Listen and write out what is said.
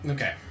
Okay